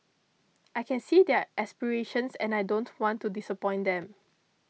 I can see their aspirations and I don't want to disappoint them